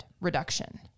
reduction